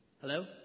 Hello